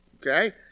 okay